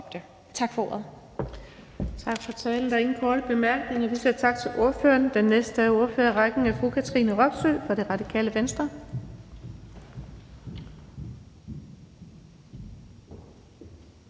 Tak for ordet.